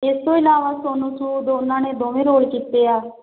ਅਤੇ ਇਸ ਤੋਂ ਇਲਾਵਾ ਸੋਨੂੰ ਸੂਦ ਉਹਨਾਂ ਨੇ ਦੋਵੇਂ ਰੋਲ ਕੀਤੇ ਆ